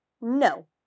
No